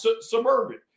suburban